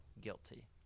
guilty